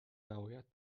نباید